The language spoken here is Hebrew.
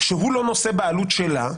שהוא לא נושא בעלות שלה,